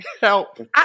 Help